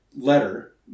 letter